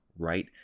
Right